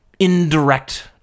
Indirect